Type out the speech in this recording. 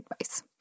advice